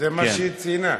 זה מה שהיא ציינה.